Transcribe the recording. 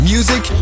Music